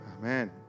Amen